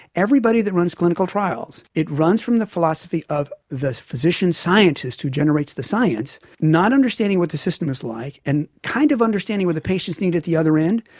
everybody that runs clinical trials, it runs from the philosophy of the physician scientist who generates the science not understanding what the system is like and kind of understanding what the patients need at the other end,